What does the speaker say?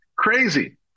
crazy